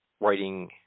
writing